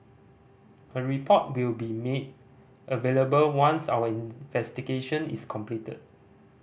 a report will be made available once our investigation is completed